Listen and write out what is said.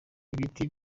ibiti